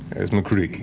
as mccree,